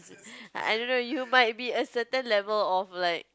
I don't know you might be a certain level of like